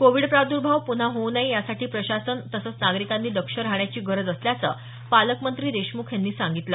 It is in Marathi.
कोविड प्राद्भाव पुन्हा होऊ नये यासाठी प्रशासन तसंच नागरिकांनी दक्ष राहण्याची गरज असल्याचं पालकमंत्री देशमुख यांनी सांगितलं